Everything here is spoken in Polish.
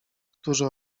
którzy